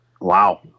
Wow